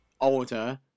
older